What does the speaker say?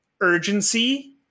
urgency